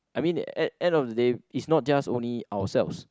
I mean e~ end of the day is not just only ourselves